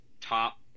top